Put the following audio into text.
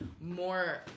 more